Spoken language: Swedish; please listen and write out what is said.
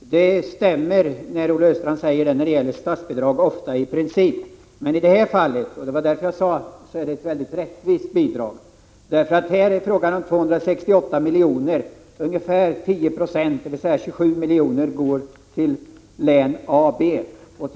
Det stämmer när det gäller statsbidrag i princip. Men i detta fall är det ett mycket rättvist bidrag. Här är det fråga om 268 miljoner, och ungefär 10 96 — dvs. 27 miljoner — går till AB län.